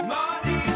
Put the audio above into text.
Money